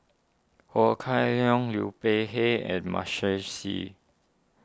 Ho Kah Leong Liu Peihe and Michael Seet